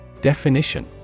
Definition